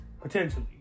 potentially